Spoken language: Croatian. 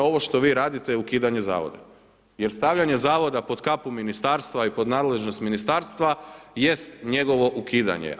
Ovo što vi radite je ukidanje Zavoda, jer stavljanje pod kapu Ministarstva i pod nadležnost Ministarstva jest njegovo ukidanje.